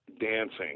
dancing